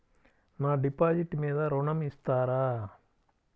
నా డిపాజిట్ మీద ఋణం ఇస్తారా?